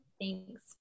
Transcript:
Thanks